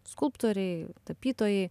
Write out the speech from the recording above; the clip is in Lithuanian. skulptoriai tapytojai